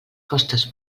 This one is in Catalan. costes